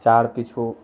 चार पीछू